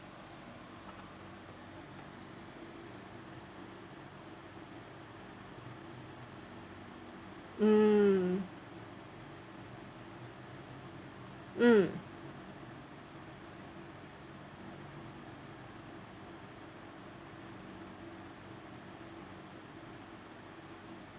mm mm